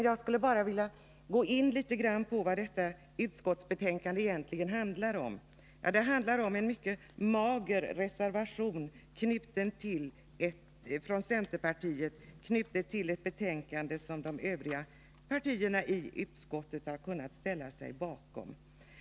Jag skulle bara vilja gå in på vad detta utskottsbetänkande egentligen handlar om, nämligen en mycket mager reservation från centerpartiet, knuten till ett betänkande som de övriga partierna i utskottet har kunnat ställa sig bakom.